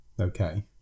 Okay